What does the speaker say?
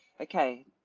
Okay